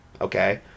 Okay